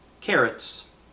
carrots